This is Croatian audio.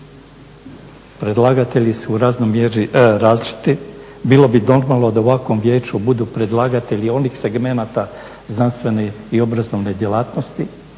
predlagatelji su različiti. Bilo bi normalno da u ovakvom vijeću budu predlagatelji onih segmenata znanstvene i obrazovne djelatnosti